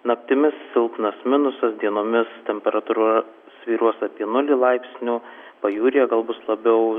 naktimis silpnas minusas dienomis temperatūra svyruos apie nulį laipsnių pajūryje gal bus labiau